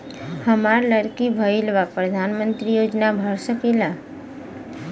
हमार लड़की भईल बा प्रधानमंत्री योजना भर सकीला?